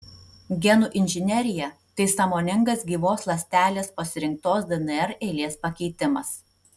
genų inžinerija tai sąmoningas gyvos ląstelės pasirinktos dnr eilės pakeitimas